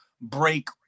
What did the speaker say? break